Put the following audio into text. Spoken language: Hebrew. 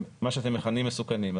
מה שאתם מכנסים מסוכנים?